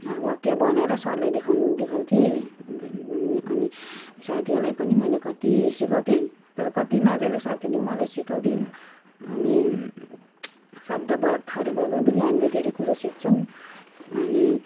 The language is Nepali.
वाक्य बनाएर सरलाई देखाउँ देखाउँथे अन्त अनि साथीहरूलाई पनि मैले कति सिकाउँथे तर कति नजानेको साथीले नि मलाई सिकाउँथ्यो अनि शब्द अर्थहरूबाट नि हामी धेरै कुरो सिक्छौँ अनि